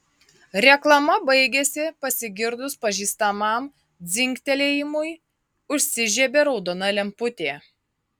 reklama baigėsi pasigirdus pažįstamam dzingtelėjimui užsižiebė raudona lemputė